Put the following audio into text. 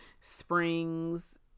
springs